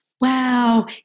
wow